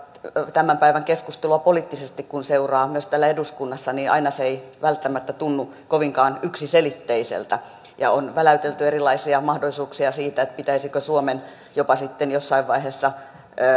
tämän päivän keskustelua poliittisesti kun seuraa myös täällä eduskunnassa niin aina se ei välttämättä tunnu kovinkaan yksiselitteiseltä on väläytelty erilaisia mahdollisuuksia siitä pitäisikö suomen sitten jossain vaiheessa jopa